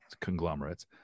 conglomerates